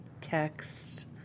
Text